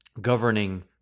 governing